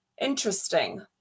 Interesting